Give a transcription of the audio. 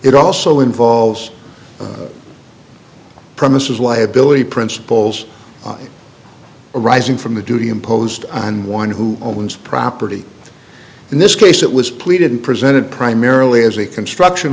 it also involves premises liability principles arising from the duty imposed on one who owns property in this case it was pleaded and presented primarily as a construction